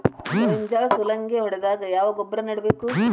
ಗೋಂಜಾಳ ಸುಲಂಗೇ ಹೊಡೆದಾಗ ಯಾವ ಗೊಬ್ಬರ ನೇಡಬೇಕು?